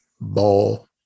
ball